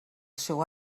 seu